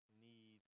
need